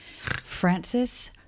Francis